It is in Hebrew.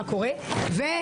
מה קורה,